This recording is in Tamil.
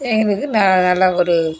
எங்களுக்கு ந நல்ல ஒரு